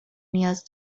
نیاز